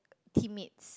teammates